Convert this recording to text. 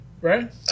Right